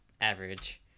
average